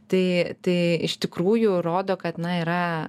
tai tai iš tikrųjų rodo kad na yra